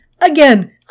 Again